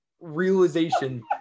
realization